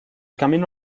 camino